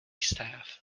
staff